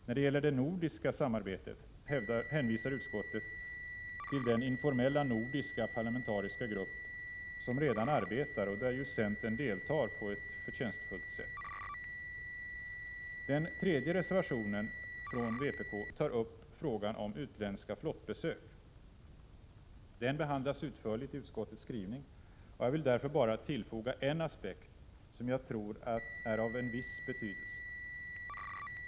När det gäller det nordiska samarbetet hänvisar utskottet till den informella nordiska parlamentariska grupp som redan arbetar och där centern ju deltar på ett förtjänstfullt sätt. Den tredje reservationen, från vpk, tar upp frågan om utländska flottbesök. Den behandlas utförligt i utskottets skrivning, och jag vill därför bara tillfoga en aspekt som jag tror är av en viss betydelse.